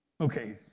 Okay